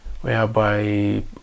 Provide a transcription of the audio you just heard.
whereby